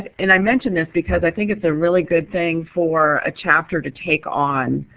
and i mention this because i think it's a really good thing for a chapter to take on.